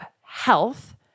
health